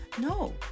No